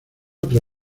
otra